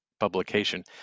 publication